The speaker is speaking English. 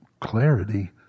clarity